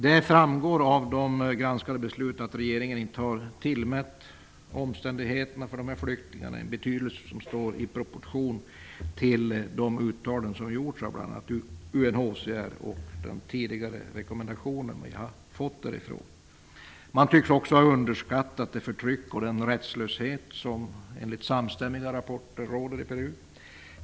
Det framgår av granskningen av besluten att regeringen inte har tillmätt omständigheterna för dessa flyktingar en betydelse som står i proportion till de uttalanden som gjorts av bl.a. UNHCR och till de rekommendationer som vi tidigare har fått därifrån. Man tycks också ha underskattat det förtryck och den rättslöshet som enligt samstämmiga rapporter råder i Peru.